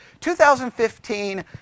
2015